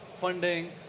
funding